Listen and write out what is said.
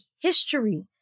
history